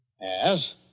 Yes